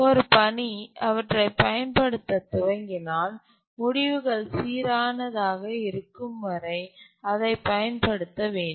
ஒரு பணி அவற்றை பயன்படுத்தத் துவங்கினால் முடிவுகள் சீரானதாக இருக்கும் வரை அதைப் பயன்படுத்த வேண்டும்